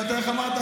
איך אמרת?